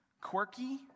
quirky